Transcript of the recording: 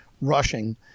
rushing